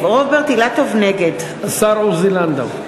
נגד השר עוזי לנדאו.